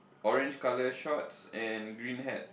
orange colour shorts and green hat